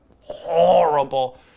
horrible